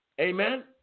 Amen